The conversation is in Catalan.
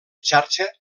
xarxa